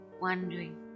wondering